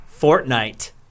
Fortnite